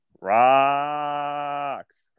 rocks